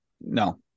no